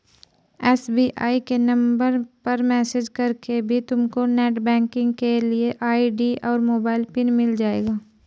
SBI के number पर message करके भी तुमको नेटबैंकिंग के लिए आई.डी और मोबाइल पिन मिल जाएगा